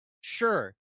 Sure